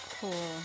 cool